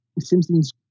Simpsons